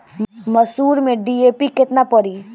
मसूर में डी.ए.पी केतना पड़ी?